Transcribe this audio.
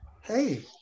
hey